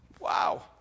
wow